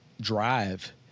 drive